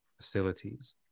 facilities